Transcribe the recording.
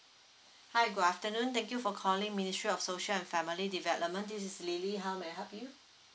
hi good afternoon thank you for calling ministry of social and family development this is lily how may I help you